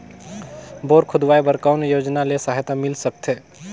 Bore खोदवाय बर कौन योजना ले सहायता मिल सकथे?